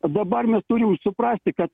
dabar mes turim suprasti kad